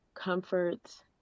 Comfort